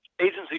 Agency